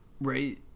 Right